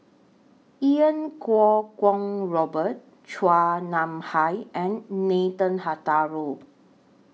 Iau Kuo Kwong Robert Chua Nam Hai and Nathan Hartono